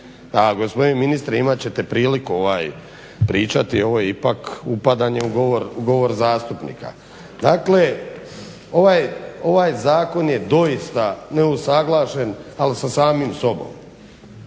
gospodine ministre imat ćete priliku pričati, ovo je ipak upadanje u govor zastupnika. Dakle, ovaj zakon je doista neusuglašen ali sa samim sobom.